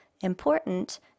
important